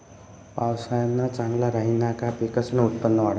पावसाया चांगला राहिना का पिकसनं उत्पन्न वाढंस